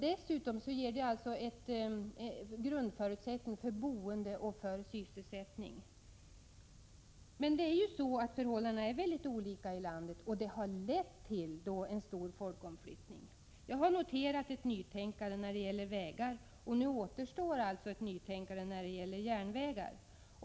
Dessutom ger detta en grundförutsättning för boende och för sysselsättning. Men förhållandena är väldigt olika i landet, och det har lett till en stor folkomflyttning. Jag har noterat ett nytänkande när det gäller vägar. Nu återstår alltså ett nytänkande när det gäller järnvägar.